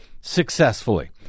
successfully